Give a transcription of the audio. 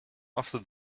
after